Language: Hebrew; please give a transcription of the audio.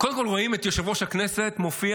קודם כול, רואים את יושב-ראש הכנסת מופיע.